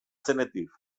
zenetik